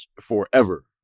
forever